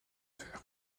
fer